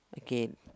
okay